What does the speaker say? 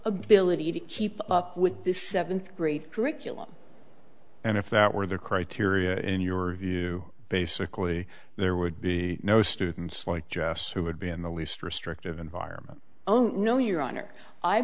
ability to keep up with this seventh grade curriculum and if that were the criteria in your view basically there would be no students like jess who would be in the least restrictive environment oh no your hon